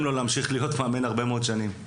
לו להמשיך להיות מאמן הרבה מאוד שנים.